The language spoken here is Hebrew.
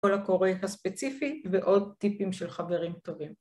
כל הקורא הספציפי ועוד טיפים של חברים טובים.